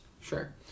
Sure